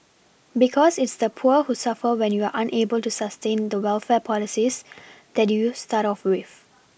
because it's the poor who suffer when you're unable to sustain the welfare policies that you start off with